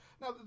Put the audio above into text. Now